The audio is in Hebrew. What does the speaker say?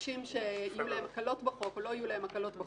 שיהיו להם הקלות בחוק או לא יהיו להם בחוק.